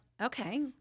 Okay